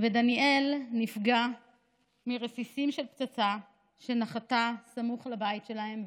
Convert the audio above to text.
דניאל נפגע מרסיסים של פצצה שנחתה סמוך לבית שלהם,